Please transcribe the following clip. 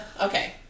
Okay